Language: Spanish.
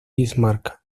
bismarck